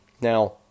Now